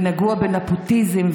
נגוע בנפוטיזם,